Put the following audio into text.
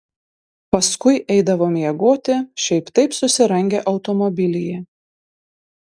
paskui eidavo miegoti šiaip taip susirangę automobilyje